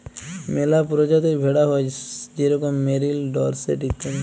ম্যালা পরজাতির ভেড়া হ্যয় যেরকম মেরিল, ডরসেট ইত্যাদি